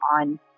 on